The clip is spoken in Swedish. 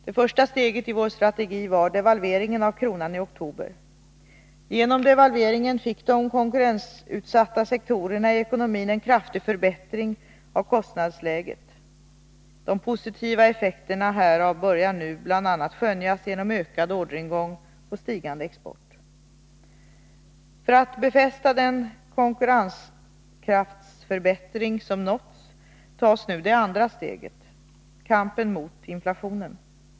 Det första steget i vår strategi var devalveringen av kronan i oktober. kraftig förbättring av kostnadsläget. De positiva effekterna härav börjar nu bl.a. skönjas genom ökad orderingång och stigande export. För att befästa den konkurrenskraftsförbättring som nåtts tas nu det andra steget — kampen mot inflationen.